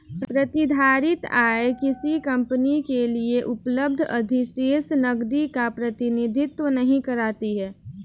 प्रतिधारित आय किसी कंपनी के लिए उपलब्ध अधिशेष नकदी का प्रतिनिधित्व नहीं करती है